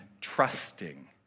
trusting